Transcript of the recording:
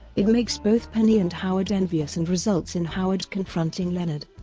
it makes both penny and howard envious and results in howard confronting leonard,